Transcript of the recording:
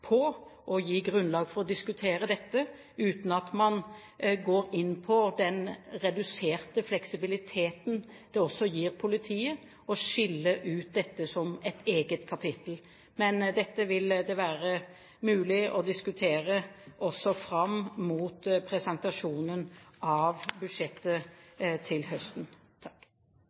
på og gi grunnlag for å diskutere dette, uten at man går inn på den reduserte fleksibiliteten det også gir politiet å skille ut dette som et eget kapittel. Men dette vil det også være mulig å diskutere fram mot presentasjonen av budsjettet til høsten.